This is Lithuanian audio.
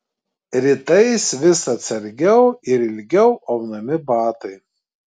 rytais vis atsargiau ir ilgiau aunami batai